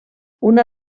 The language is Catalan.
una